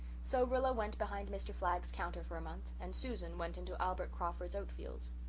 so rilla went behind mr. flagg's counter for a month and susan went into albert crawford's oat-fields.